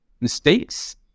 mistakes